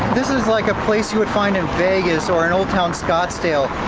this is like a place you would find in vegas or in old town scottsdale.